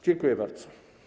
Dziękuję bardzo.